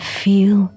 feel